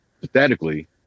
pathetically